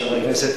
בבקשה.